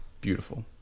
Beautiful